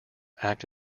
act